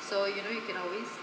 so you know you can always